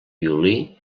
violí